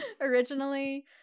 Originally